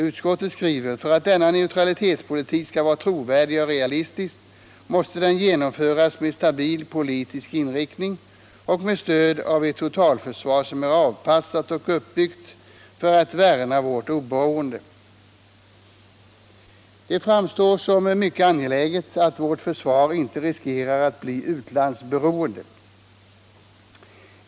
Utskottet skriver: ”För att denna neutralitetspolitik skall vara trovärdig och realistisk måste den genomföras med stabil politisk inriktning och med stöd av ett totalförsvar som är avpassat och uppbyggt för att värna vårt oberoende.” Det framstår som mycket angeläget att vårt försvar inte riskerar att bli utlandsberoende.